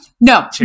No